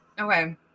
Okay